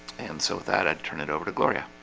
and so with that i'd turn it over to gloria